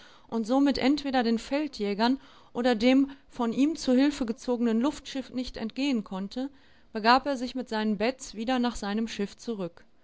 und somit entweder den feldjägern oder dem von ihm zu hilfe gezogenen luftschiff nicht entgehen konnte begab er sich mit seinen beds wieder nach seinem schiff zurück